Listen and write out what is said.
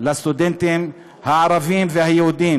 לסטודנטים הערבים והיהודים.